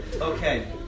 Okay